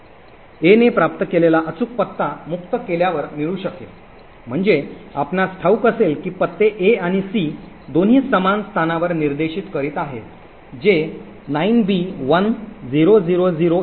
a ने प्राप्त केलेला अचूक पत्ता मुक्त केल्यावर मिळू शकेल म्हणजे आपणास ठाऊक असेल की पत्ते a आणि c दोन्ही समान स्थानावर निर्देशित करीत आहेत जे 9b10008 वर आहे